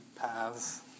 paths